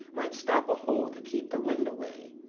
might stop a hole to keep the wind away.